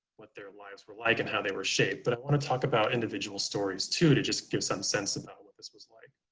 what their lives were like and how they were shaped. but i want to talk about individual stories to to just give some sense about what this was like.